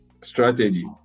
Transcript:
strategy